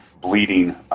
bleeding